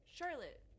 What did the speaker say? Charlotte